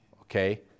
okay